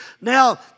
Now